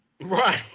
Right